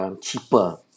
cheaper